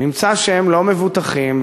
נמצא שהם לא מבוטחים,